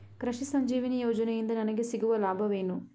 ಕೃಷಿ ಸಂಜೀವಿನಿ ಯೋಜನೆಯಿಂದ ನನಗೆ ಸಿಗುವ ಲಾಭವೇನು?